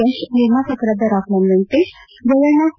ಯಶ್ ನಿರ್ಮಾಪಕರಾದ ರಾಕ್ಲೈನ್ ವೆಂಕಟೇಶ್ ಜಯಣ್ಡ ಸಿ